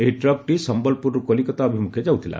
ଏହି ଟ୍ରକଟି ସମ୍ମଲପୁରରୁ କଲିକତା ଅଭିମୁଖେ ଯାଉଥିଲା